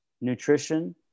nutrition